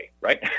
right